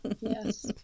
yes